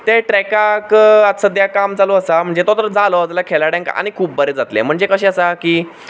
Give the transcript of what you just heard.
ते ट्रॅकाक आतां सद्याक काम चालू आसा म्हणजे तो तर जालो जाल्यार खेळाड्यांक आनी खूब बरें जातलें म्हणजे कशें आसा की